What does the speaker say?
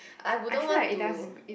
I wouldn't want to